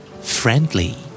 Friendly